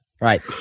Right